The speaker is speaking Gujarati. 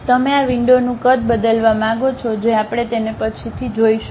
તમે આ વિંડોનું કદ બદલવા માંગો છો જે આપણે તેને પછીથી જોશું